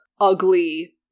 ugly